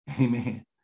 Amen